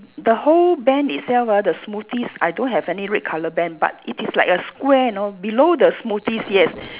the whole band itself ah the smoothies I don't have any red colour band but it is like a square you know below the smoothies yes